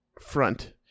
front